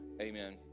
amen